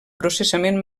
processament